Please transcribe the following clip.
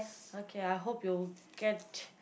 okay I hope you'll get